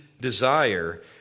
desire